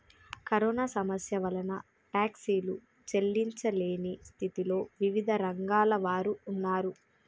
corona సమస్య వలన టాక్సీలు చెల్లించలేని స్థితిలో వివిధ రంగాల వారు ఉన్నారు